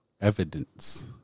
Evidence